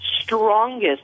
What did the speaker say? strongest